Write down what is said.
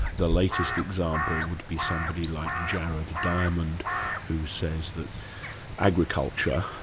the latest example would be somebody like jared diamond who says that agriculture,